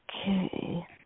Okay